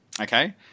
okay